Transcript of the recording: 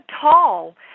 tall